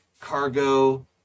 cargo